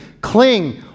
Cling